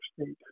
State